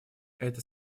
эта